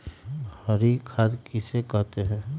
हरी खाद किसे कहते हैं?